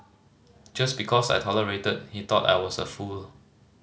just because I tolerated he thought I was a fool